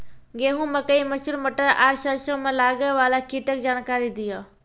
गेहूँ, मकई, मसूर, मटर आर सरसों मे लागै वाला कीटक जानकरी दियो?